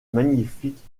magnifique